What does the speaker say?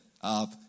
up